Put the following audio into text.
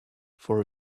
for